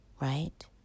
Right